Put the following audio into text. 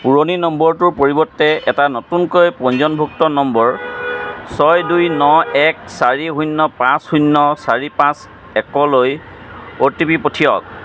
পুৰণি নম্বৰটোৰ পৰিৱৰ্তে এটা নতুনকৈ পঞ্জীয়নভুক্ত নম্বৰ ছয় দুই ন এক চাৰি শূন্য পাঁচ শূন্য চাৰি পাঁচ এক লৈ অ' টি পি পঠিয়াওক